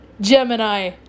gemini